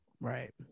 Right